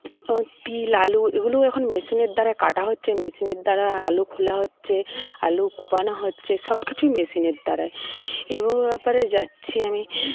তো তিল আলু এগুলোও এখন মেশিনের দ্বারা কাটা হচ্ছে মেশিনের দ্বারা আলু খোলা হচ্ছে আলু কুপানো হচ্ছে সব কিছুই মেশিনের দ্বারা এ ব্যাপারে যাচ্ছি আমি